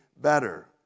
better